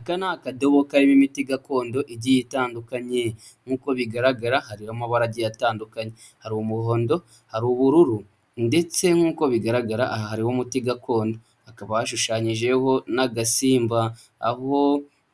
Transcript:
Aka ni akadobo karimo imiti gakondo igiye itandukanye, nk'uko bigaragara harimo amabara agiye atandukanye hari umuhondo hari ubururu ndetse nk'uko bigaragara harimo umuti gakondo, hakaba hashushanyijeho n'agasimba aho